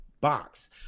box